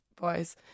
boys